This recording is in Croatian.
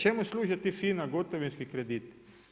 Čemu služe ti FINA gotovinski krediti?